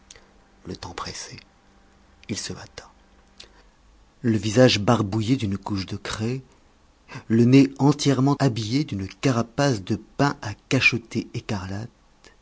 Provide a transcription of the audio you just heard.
le temps pressait il se hâta le visage barbouillé d'une couche de craie le nez entièrement habillé d'une carapace de pains à cacheter écarlates